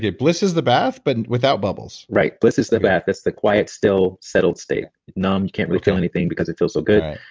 bliss is the bath, but without bubbles right. bliss is the bath. that's the quiet, still, settled, state. numb, you can't really feel anything because it feels so good.